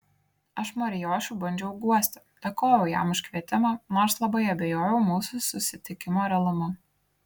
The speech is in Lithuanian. aš marijošių bandžiau guosti dėkojau jam už kvietimą nors labai abejojau mūsų susitikimo realumu